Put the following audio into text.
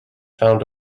found